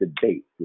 debate